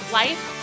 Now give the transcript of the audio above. life